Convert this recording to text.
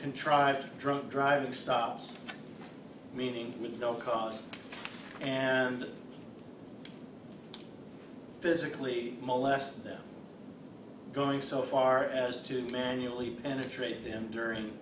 contrived drunk driving stops meaning with no cars and physically molest them going so far as to manually penetrate them